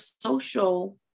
social